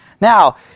now